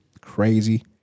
Crazy